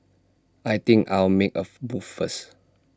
I think I'll make A first